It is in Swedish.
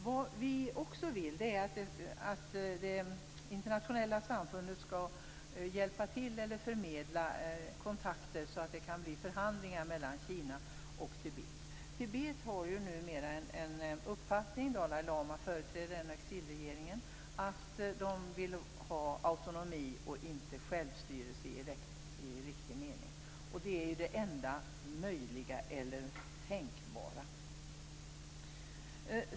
Vad vi också vill är att det internationella samfundet skall hjälpa till med eller förmedla kontakter så att det kan bli förhandlingar mellan Kina och Tibet. Tibet har numera den uppfattningen - Dalai Lama företräder exilregeringen - att man vill ha autonomi, inte självstyrelse i riktig mening. Det är det enda möjliga eller tänkbara.